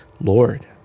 Lord